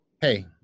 hey